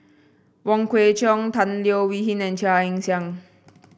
Wong Kwei Cheong Tan Leo Wee Hin and Chia Ann Siang